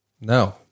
No